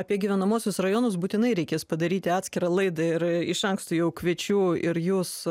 apie gyvenamuosius rajonus būtinai reikės padaryti atskirą laidą ir iš anksto jau kviečiu ir jus